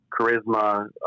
charisma